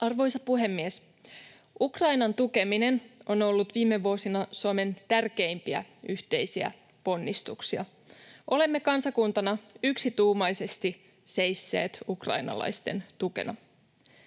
Arvoisa puhemies! Ukrainan tukeminen on ollut viime vuosina Suomen tärkeimpiä yhteisiä ponnistuksia. Olemme kansakuntana yksituumaisesti seisseet ukrainalaisten tukena.